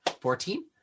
Fourteen